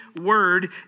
word